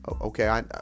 Okay